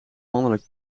mannelijk